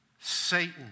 Satan